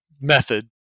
method